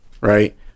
right